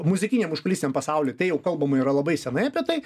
muzikiniam užkulisiniam pasauly tai jau kalbama yra labai senai apie tai